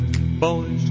boys